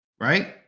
Right